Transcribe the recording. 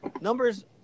Numbers